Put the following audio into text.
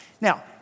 Now